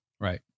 Right